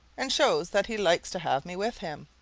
and shows that he likes to have me with him.